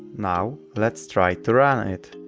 now let's try to run it